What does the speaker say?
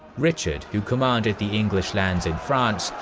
richard, who commanded the english lands in france,